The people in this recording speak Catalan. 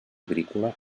agrícola